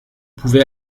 pouvez